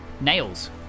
Nails